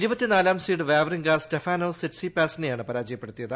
ഇരുപ്പത്തിനാലാം seed Wawrinka Stefanos സിറ്റ്സി പാസിനെയാണ് പ്രാജയപ്പെടുത്തിയത്